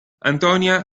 antonia